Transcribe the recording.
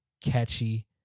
catchy